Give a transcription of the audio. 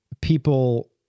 people